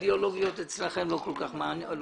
האידיאולוגיות אצלכם אני לא כל כך מאמין.